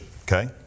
okay